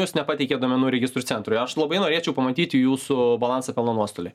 jūs nepateikėt duomenų registrų centrui aš labai norėčiau pamatyti jūsų balansą pelno nuostolio